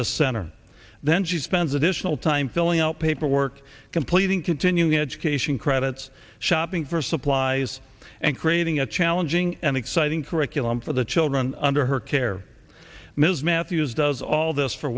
this center then she spends additional time filling out paperwork completing continuing education credits shopping for supplies and creating a challenging and exciting curriculum for the children under her care ms matthews does all this for